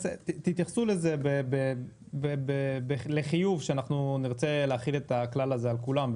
תתייחסו לזה לחיוב עת נרצה להחיל את הכלל הזה על כולם.